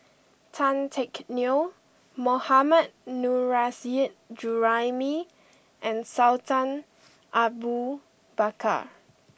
Tan Teck Neo Mohammad Nurrasyid Juraimi and Sultan Abu Bakar